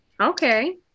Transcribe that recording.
Okay